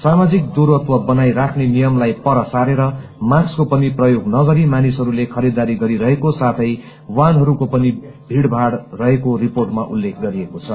सामाजिक दूरत्व बनाई राख्ने नियमलाई पर सारेर मास्कको पनि प्रयोग नगरी मानिसहरूले खरीददारी गरिरहेको साथै वाहनहरूको पनि भीड़भाड़ रहेको रिपोर्टमा उल्लेख गरिएको छ